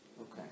Okay